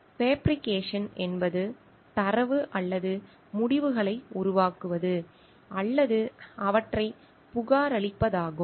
fabrication என்பது தரவு அல்லது முடிவுகளை உருவாக்குவது அல்லது அவற்றைப் புகாரளிப்பதாகும்